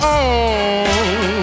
on